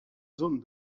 zone